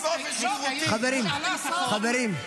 שנייה, חבר הכנסת יאיר לפיד, חבר הכנסת יאיר לפיד.